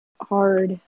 hard